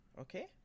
okay